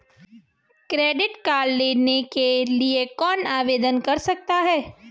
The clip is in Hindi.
क्रेडिट कार्ड लेने के लिए कौन आवेदन कर सकता है?